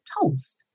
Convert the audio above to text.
toast